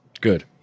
Good